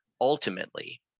Ultimately